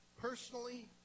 Personally